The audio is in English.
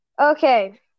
Okay